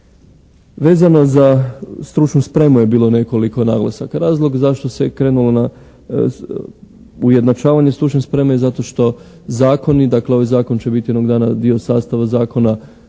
Vezano za stručnu spremu je bilo nekoliko naglasaka. Razlog zašto se krenulo na ujednačavanje stručne spreme zato što zakoni, dakle ovaj zakon će biti jednog dana dio sastava zakona